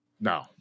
No